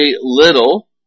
little